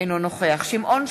אינו נוכח שמעון סולומון,